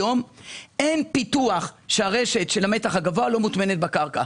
היום אין פיתוח שהרשת של המתח הגבוה לא מוטמנת בקרקע.